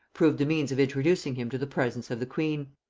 proved the means of introducing him to the presence of the queen.